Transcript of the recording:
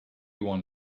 one